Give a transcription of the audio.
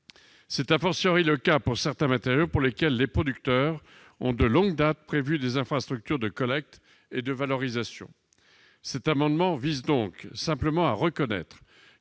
C'est le cas de certains matériaux pour lesquels les producteurs ont, de longue date, prévu des infrastructures de collecte et de valorisation. Cet amendement vise donc à reconnaître